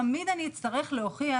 תמיד אני אצטרך להוכיח,